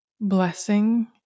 blessing